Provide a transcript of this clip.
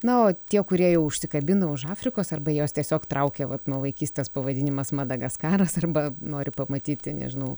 na o tie kurie jau užsikabina už afrikos arba juos tiesiog traukia vat nuo vaikystės pavadinimas madagaskaras arba nori pamatyti nežinau